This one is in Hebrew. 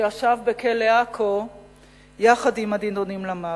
שישב בכלא עכו יחד עם הנידונים למוות.